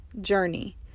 journey